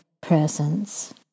presence